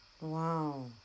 Wow